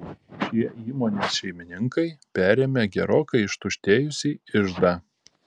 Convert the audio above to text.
šie įmonės šeimininkai perėmė gerokai ištuštėjusį iždą